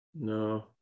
No